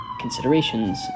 Considerations